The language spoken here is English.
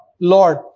Lord